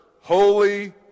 holy